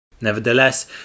Nevertheless